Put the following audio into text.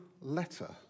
letter